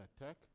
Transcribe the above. attack